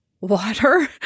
Water